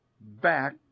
back